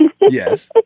Yes